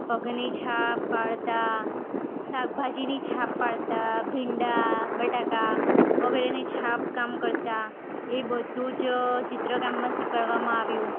પગની છાપ પાડતાં શાકભાજીની છાપ પાડતાં ભીંડા બટાકા આંગળીઓની છાપકામ કરતાં એ બધું જ ચિત્રકામમાં શીખડાવવામાં આવ્યું